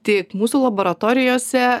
tik mūsų laboratorijose